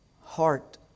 heart